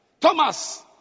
Thomas